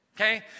okay